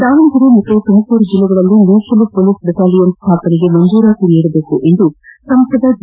ದಾವಣಗೆರೆ ಮತ್ತು ತುಮಕೂರು ಜಿಲ್ಲೆಗಳಲ್ಲಿ ಮೀಸಲು ಪೊಲೀಸ್ ಬೆಟಾಲಿಯನ್ ಸ್ಥಾಪಿಸಲು ಮಂಜೂರಾತಿ ನೀಡಬೇಕೆಂದು ಸಂಸದ ಜಿ